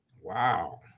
Wow